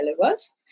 delivers